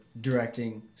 directing